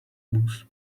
booze